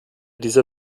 dieser